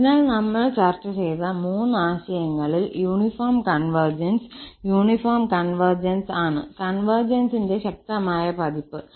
അതിനാൽ നമ്മൾ ചർച്ച ചെയ്ത മൂന്ന് ആശയങ്ങളിൽ യൂണിഫോം കൺവെർജസ് യൂണിഫോം കൺവെർജൻസ് ആണ് കൺവെർജൻസിന്റെ ശക്തമായ പതിപ്പ്